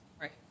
Right